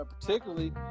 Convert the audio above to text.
particularly